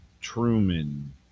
Truman